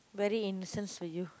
very innocence with you